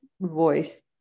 voice